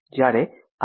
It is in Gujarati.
જ્યારે આર